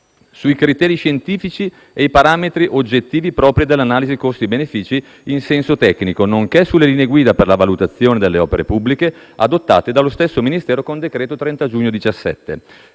sui criteri scientifici e i parametri oggettivi propri della «analisi costi-benefici» in senso tecnico, nonché sulle Linee guida per la valutazione delle opere pubbliche adottate dallo stesso Ministero con decreto del 30 di giugno 2017.